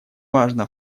важно